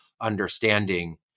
understanding